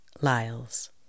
Lyles